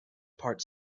part